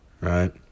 Right